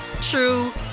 true